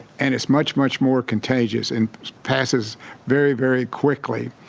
and it's much much more contagious and passes very very quickly.